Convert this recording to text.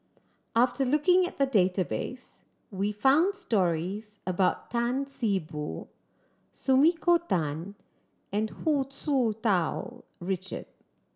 after taking a look at the database we found stories about Tan See Boo Sumiko Tan and Hu Tsu Tau Richard